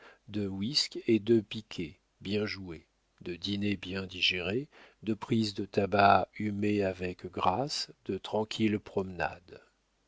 de whist et de piquet bien jouées de dîners bien digérés de prises de tabac humées avec grâce de tranquilles promenades